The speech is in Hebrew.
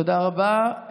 תודה רבה.